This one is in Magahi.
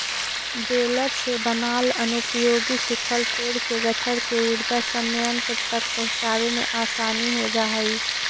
बेलर से बनाल अनुपयोगी सूखल पेड़ के गट्ठर के ऊर्जा संयन्त्र तक पहुँचावे में आसानी हो जा हई